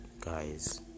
Guys